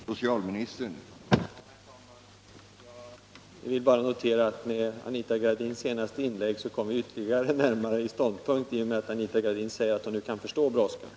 Herr talman! Jag vill bara notera att med Anita Gradins senaste inlägg kommer vi varandra ytterligare något närmare i våra ståndpunkter, i och med att Anita Gradin nu säger att hon kan förstå brådskan.